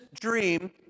dream